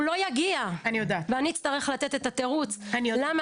הוא לא יגיע ואני אצטרך לתת את התירוץ למה